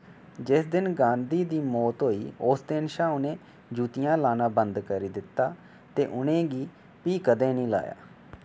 जिस दिन गांधी दी मौत होई उस दिनै शा उ'नें जुत्तियां लाना बंद करी दित्ता ते उ'नें गी फ्ही कदें नेईं लाया